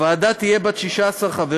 הוועדה תהיה בת 16 חברים,